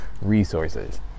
Resources